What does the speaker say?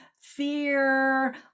fear